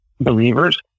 believers